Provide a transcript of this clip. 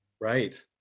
Right